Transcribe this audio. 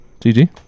GG